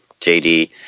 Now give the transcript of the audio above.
JD